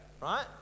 right